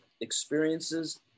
experiences